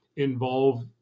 involve